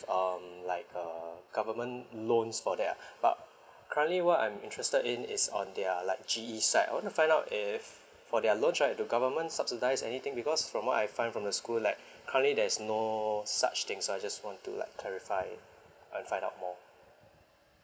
um like uh government loans for that ah but currently what I'm interested in is on their like G_E side I want to find out if for their loans right do government subsidise anything because from what I find from the school like currently there is no such thing so I just want to like clarify and find out more